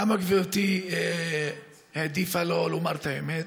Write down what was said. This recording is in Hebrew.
למה גברתי העדיפה לא לומר את האמת?